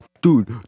Dude